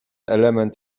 element